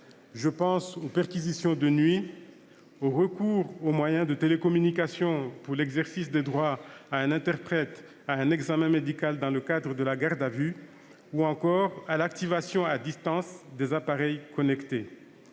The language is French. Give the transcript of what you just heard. Je pense aux perquisitions de nuit, au recours aux moyens de télécommunication pour l'exercice des droits à un interprète et à un examen médical dans le cadre de la garde à vue ou encore à l'activation à distance des appareils connectés.